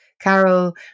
Carol